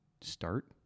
start